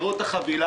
עברתי על כולה.